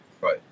Right